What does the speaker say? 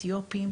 אתיופים,